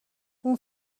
اون